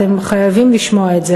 אתם חייבים לשמוע את זה,